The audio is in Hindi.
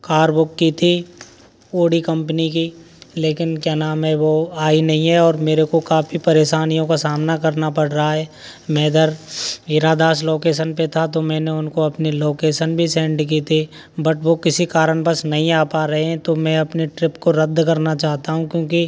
कार बुक की थी ओडी कंपनी की लेकिन क्या नाम है वो आई नहीं है और मेरे को वो काफ़ी परेशानियों का सामना करना पड़ रहा है मैं इधर हीरादास लोकेसन पे था तो मैंने उनको अपनी लोकेसन भी सेंड की थी बट वो किसी कारणवश नहीं आ पा रहे हैं तो मैं अपनी ट्रिप को रद्द करना चाहता हूँ क्योंकि